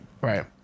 Right